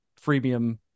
freemium